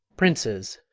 princes,